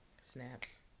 Snaps